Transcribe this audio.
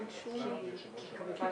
על